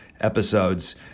episodes